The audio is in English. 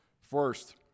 first